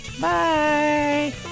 Bye